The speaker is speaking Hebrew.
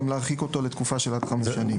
להרחיק אותו גם לתקופה של עד חמש שנים.